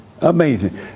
Amazing